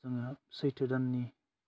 जोङो सैथो दाननि